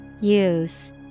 Use